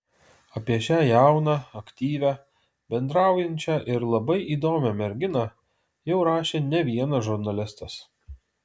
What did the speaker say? apie šią jauną aktyvią bendraujančią ir labai įdomią merginą jau rašė ne vienas žurnalistas